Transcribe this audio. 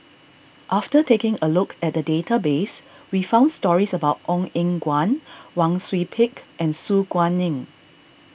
after taking a look at the database we found stories about Ong Eng Guan Wang Sui Pick and Su Guaning